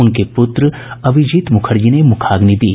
उनके पुत्र अभिजीत मुखर्जी ने मुखाग्नि दी